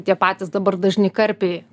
tie patys dabar dažni karpiai